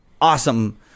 awesome